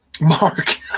Mark